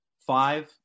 Five